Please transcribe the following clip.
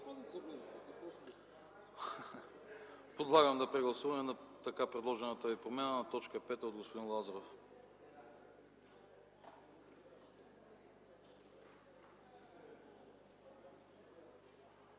Подлагам на прегласуване така предложената Ви промяна в т. 5 от господин Лазаров.